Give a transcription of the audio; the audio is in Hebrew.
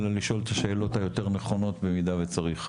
אלא לשאול את השאלות היותר-נכונות במידה שצריך.